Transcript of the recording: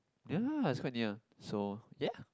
ya it's quite near so ya